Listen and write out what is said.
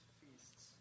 feasts